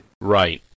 Right